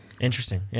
Interesting